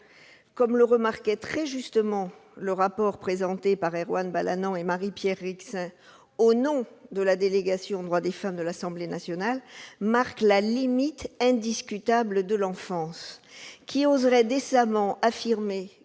comme le faisait très justement remarquer le rapport de nos collègues députés Erwan Balanant et Marie-Pierre Rixain, au nom de la délégation aux droits des femmes de l'Assemblée nationale, marque la limite indiscutable de l'enfance. Qui oserait décemment affirmer